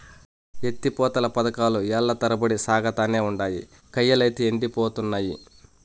ఎత్తి పోతల పదకాలు ఏల్ల తరబడి సాగతానే ఉండాయి, కయ్యలైతే యెండిపోతున్నయి